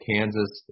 Kansas